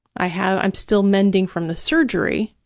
i have, i'm still mending from the surgery,